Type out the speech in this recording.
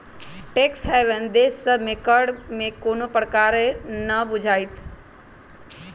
tax haven देश सभ में कर में कोनो प्रकारे न बुझाइत